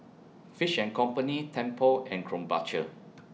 Fish and Company Tempur and Krombacher